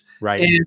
right